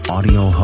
Audio